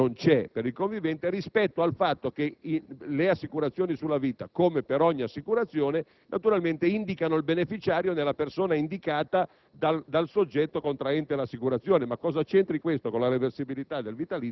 Evidentemente c'è un equivoco che riguarda la reversibilità (che non c'è per il convivente), rispetto al fatto che le assicurazioni sulla vita, al pari di qualsiasi assicurazione, indicano il beneficiario nella persona indicata